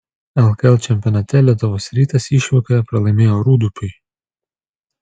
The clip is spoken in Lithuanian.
lkl čempionate lietuvos rytas išvykoje pralaimėjo rūdupiui